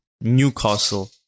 Newcastle